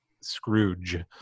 Scrooge